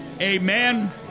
amen